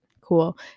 cool